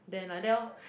then like that orh